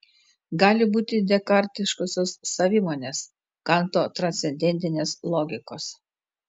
gali būti dekartiškosios savimonės kanto transcendentinės logikos